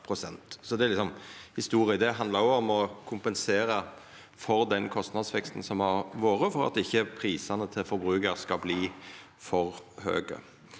historia. Det handlar òg om å kompensera for den kostnadsveksten som har vore, for at ikkje prisane til forbrukar skal verta for høge.